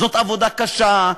זאת עבודה קשה,